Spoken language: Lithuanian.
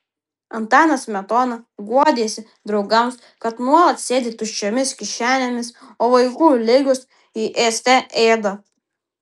antanas smetona guodėsi draugams kad nuolat sėdi tuščiomis kišenėmis o vaikų ligos jį ėste ėda